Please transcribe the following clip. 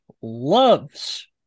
loves